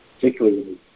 particularly